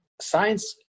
science